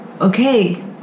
okay